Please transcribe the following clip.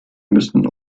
müssen